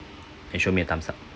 and show me a thumbs up